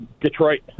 Detroit